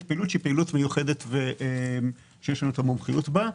פעילות מיוחדת שיש לנו את המומחיות בה,